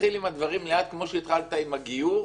תתחיל עם הדברים לאט כמו שהתחלת עם הגיור,